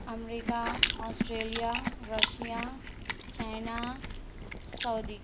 America Australia Russia China Saudi